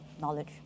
knowledge